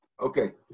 Okay